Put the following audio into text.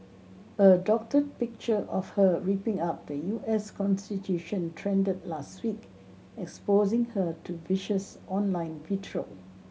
a doctored picture of her ripping up the U S constitution trended last week exposing her to vicious online vitriol